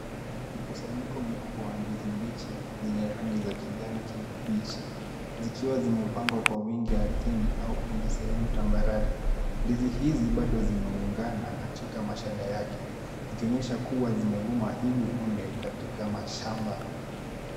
Mkusanyiko mkubwa wa ndizi mbichi zenye rangi za kijani kibichi, zikiwa zimepangwa kwa wingi ardhini au kwenye sehemu tambarare. Ndizi hizi bado zimeungana katika mashada yake, zikionyesha kuwa zimevunwa hivi punde katika mashamba.